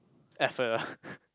effort ah